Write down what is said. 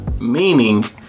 meaning